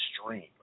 stream